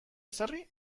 ezarri